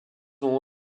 ont